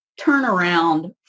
turnaround